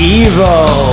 evil